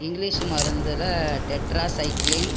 English மருந்தில் tetra சைக்ளின்